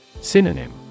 Synonym